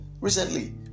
recently